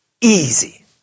Easy